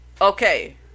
okay